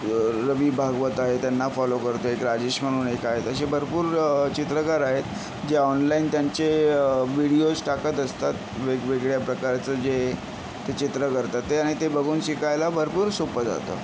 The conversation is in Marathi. रवी भागवत आहे त्यांना फॉलो करतो आहे एक राजेश म्हणून एक आहेत असे भरपूर चित्रकार आहेत जे ऑनलाइन त्यांचे विडियोज् टाकत असतात वेगवेगळ्या प्रकारचं जे ते चित्र करतात ते आणि ते बघून शिकायला भरपूर सोपं जातं